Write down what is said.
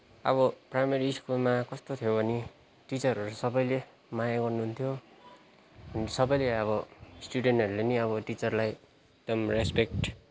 अब प्राइमेरी स्कुलमा कस्तो थियो भने टिचरहरू सबैले माया गर्नुहुन्थ्यो सबैले अब स्टुडेन्टहरूले पनि अब टिचरलाई एकदम रेस्पेक्ट